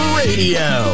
radio